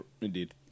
indeed